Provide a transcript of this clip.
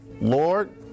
Lord